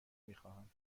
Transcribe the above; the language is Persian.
میخواهم